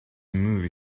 movie